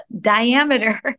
diameter